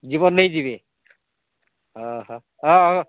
ଜୀବନ ନେଇଯିବେ ଓଃ ହଁ